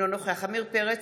אינו נוכח עמיר פרץ,